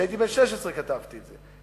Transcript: הייתי בן 16 כשכתבתי את זה,